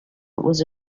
was